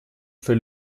für